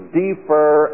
defer